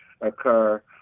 occur